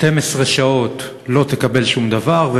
12 שעות לא תקבל שום דבר,